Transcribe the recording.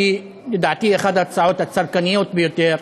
שלדעתי היא אחת ההצעות הצרכניות ביותר,